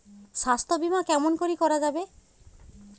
স্বাস্থ্য বিমা কেমন করি করা যাবে?